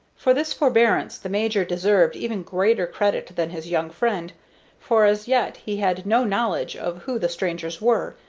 for this forbearance the major deserved even greater credit than his young friend for as yet he had no knowledge of who the strangers were,